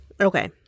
Okay